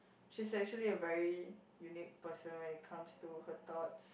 she's actually a very unique person when it comes to her thoughts